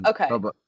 Okay